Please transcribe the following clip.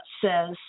says